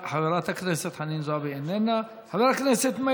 חברת הכנסת חנין זועבי, איננה.